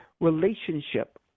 relationship